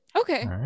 okay